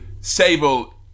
Sable